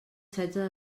setze